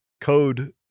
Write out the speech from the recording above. code